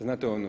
Znate ono